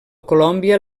colòmbia